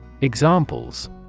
Examples